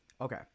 okay